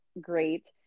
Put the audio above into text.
great